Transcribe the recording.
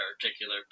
particular